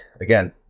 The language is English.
again